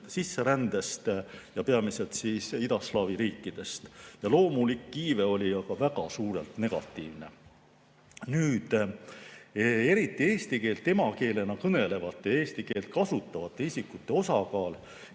sisserändest, peamiselt idaslaavi riikidest, ja loomulik iive oli väga suurelt negatiivne. Eriti eesti keelt emakeelena kõnelevate ja eesti keelt kasutavate isikute osakaal